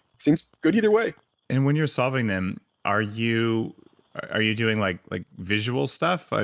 seems good either way and when you're solving them, are you are you doing like like visual stuff?